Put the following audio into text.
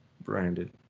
branded